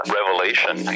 revelation